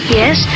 yes